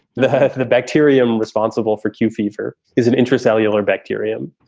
the the bacterium responsible for q fever is an interest alveolar bacterium,